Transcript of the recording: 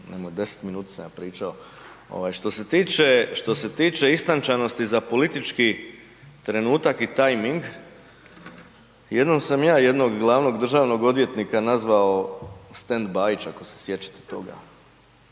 Nemoj, 10 minuta sam ja pričao, ovaj, što se tiče istančanosti za politički trenutak i tajming, jednom sam ja jednog glavnog državnog odvjetnika nazvao „Stand-bajić“, ako se sjećate toga,